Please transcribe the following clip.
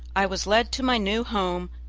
i was led to my new home,